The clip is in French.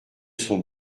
sont